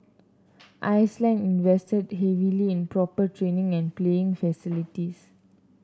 Iceland invested heavily in proper training and playing facilities